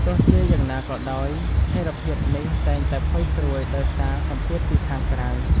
ទោះជាយ៉ាងណាក៏ដោយ ស្ថិរភាពនេះតែងតែផុយស្រួយដោយសារសម្ពាធពីខាងក្រៅ។